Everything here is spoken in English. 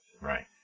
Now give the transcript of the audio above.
Right